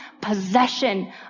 possession